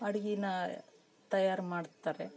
ಅಡುಗೆನಾ ತಯಾರು ಮಾಡ್ತಾರೆ